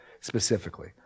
specifically